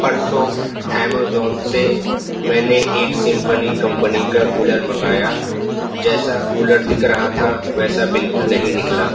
پرسوں ایمازون سے میں نے ایک سمفنی کمپنی کا کولر منگایا جیسا کولر دکھ رہا تھا ویسا بالکل نہیں نکلا